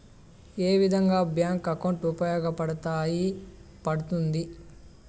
ఏ విధంగా bank account ఉపయోగపడతాయి పడ్తుంది